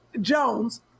Jones